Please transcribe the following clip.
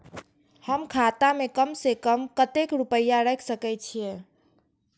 हम खाता में कम से कम कतेक रुपया रख सके छिए?